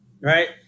right